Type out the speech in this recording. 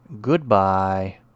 goodbye